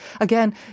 again